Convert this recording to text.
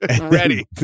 Ready